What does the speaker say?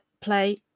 play